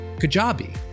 Kajabi